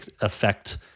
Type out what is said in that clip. affect